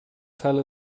fell